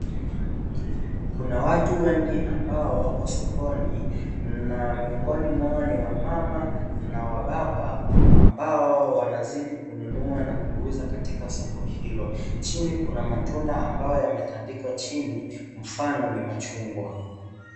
Kuna watu wengi ambao wako sokoni na miongoni mwao ni wamama na wababa ambao wanazidi kununua na kuuza katika soko hilo, chini kuna matunda ambayo yametandikwa chini mfano ni machungwa.